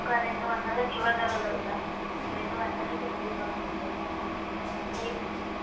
ఒక రెండు వందలకి ఇవ్వగలుగుతారా రెండు వందలకి ఇవ్వగలుగుతారా